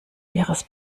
ihres